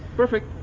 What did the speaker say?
perfect.